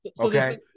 Okay